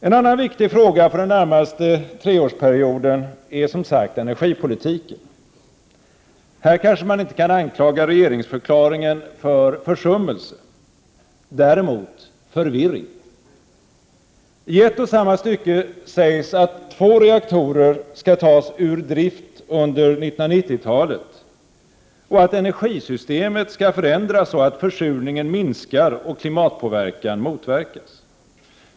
En annan viktig fråga för den närmaste treårsperioden är som sagt energipolitiken. Här kanske man inte kan anklaga regeringsförklaringen för försummelse, däremot förvirring. I ett och samma stycke sägs att två reaktorer skall tas ur drift under 1990-talet och att energisystemet skall förändras så att försurningen minskar och klimatpåverkan motverkas.